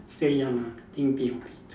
still young ah I think P one P two